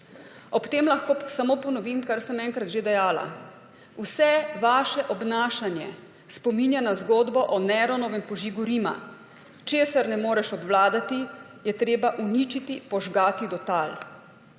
Ob tem lahko samo ponovim, kar sem enkrat že dejala, vse vaše obnašanje spominja na zgodbo o Neronovem požigu Rima: česar ne moreš obvladati, je treba uničiti, požgati do tal.